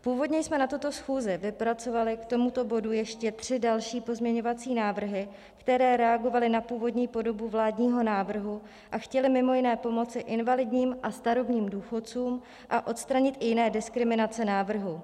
Původně jsme na tuto schůzi vypracovali k tomuto bodu ještě tři další pozměňovací návrhy, které reagovaly na původní podobu vládního návrhu a chtěly mimo jiné pomoci invalidním a starobním důchodcům a odstranit i jiné diskriminace návrhu.